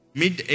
mid